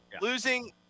Losing